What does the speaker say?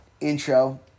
intro